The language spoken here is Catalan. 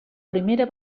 primera